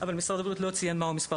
אבל משרד הבריאות לא ציין מה הוא מספר